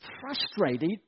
frustrated